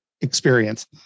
experience